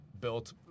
built